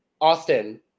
Austin